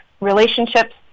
relationships